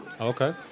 Okay